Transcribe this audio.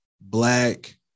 black